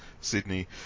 Sydney